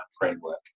framework